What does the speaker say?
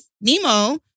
Nemo